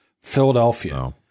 Philadelphia